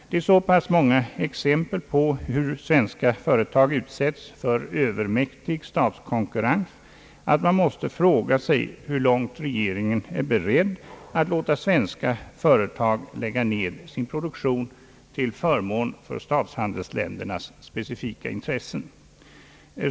Det finns så pass många exempel på hur svenska företag utsättes för övermäktig statskonkurrens att man måste fråga sig, hur långt regeringen är beredd att låta svenska företag lägga ner sin produktion till förmån för statshandelsländernas specifika intressen.